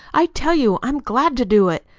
i tell you i'm glad to do it.